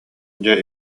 дьэ